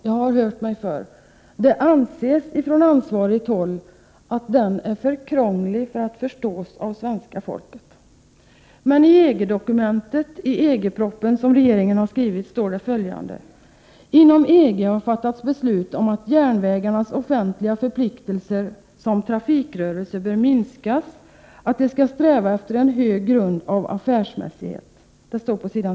Jag har hört mig för, och det anses från ansvarigt håll att den är för krånglig för att förstås av svenska folket. Men på s. 65 i EG-propositionen, som regeringen har skrivit, står följande: ”Inom EG har fattats beslut om att järnvägarnas offentliga förpliktelser som trafikrörelse bör minskas, att de skall sträva efter en högre grad av affärsmässighet.